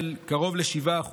של קרוב ל-7%,